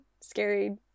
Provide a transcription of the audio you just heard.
scary